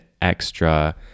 extra